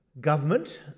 government